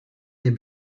dem